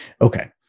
Okay